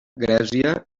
grècia